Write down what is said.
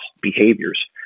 behaviors